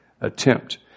attempt